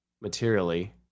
materially